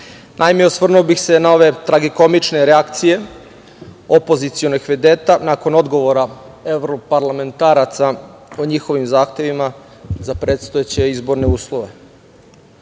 Naime, osvrnuo bi se na ove tragikomične reakcije opozicionih vedeta nakon odgovora evroparlamentaraca, o njihovim zahtevima za predstojeće izborne uslove. Naime,